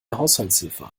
haushaltshilfe